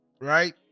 right